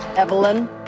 Evelyn